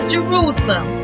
Jerusalem